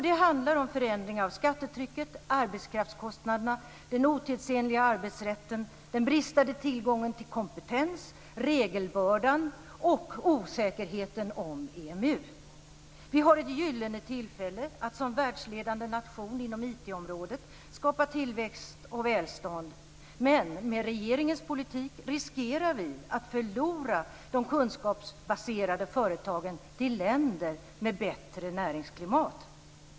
Det handlar om förändring av skattetrycket, arbetskraftskostnaderna, den otidsenliga arbetsrätten, den bristande tillgången på kompetens, regelbördan och osäkerheten om EMU. Vi har ett gyllene tillfälle att som världsledande nation inom IT-området skapa tillväxt och välstånd. Men med regeringens politik riskerar vi att förlora de kunskapsbaserade företagen till länder med bättre näringsklimat.